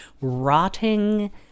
rotting